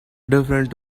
different